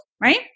right